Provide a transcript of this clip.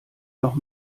noch